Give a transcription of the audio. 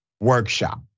workshop